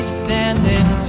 standing